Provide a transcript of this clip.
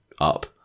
up